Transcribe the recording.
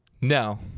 No